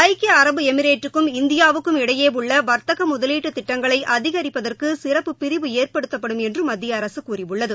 ஐக்கிய அரசு எமிரேட்டுக்கும் இந்தியாவுக்கும் இடையே உள்ள வா்த்தக முதலீட்டு திட்டங்களை அதிகரிப்பதற்கு சிறப்பு பிரிவு ஏற்படுத்தப்படும் என்று மத்திய அரசு கூறியுள்ளது